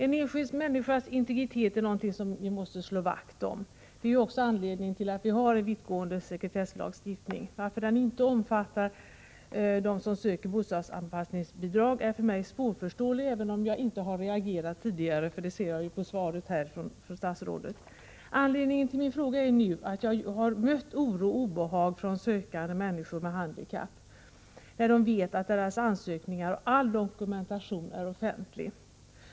En enskild människas integritet är något som vi måste slå vakt om. Det är också anledningen till att vi har en vittgående sekretesslagstiftning. Varför den inte omfattar dem som söker bostadsanpassningsbidrag är för mig svårförståeligt, även om jag inte har reagerat tidigare — statsrådet pekar på att ingen har gjort det. Anledningen till min fråga är den oro och det obehag som de bidragssökande, människor med handikapp, känner när de vet att deras ansökningar och all dokumentation är offentliga.